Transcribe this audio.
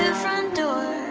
ah front door